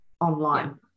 Online